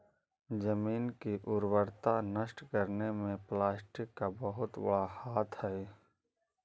जमीन की उर्वरता नष्ट करने में प्लास्टिक का बहुत बड़ा हाथ हई